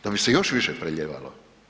Da bi se još više prelijevalo.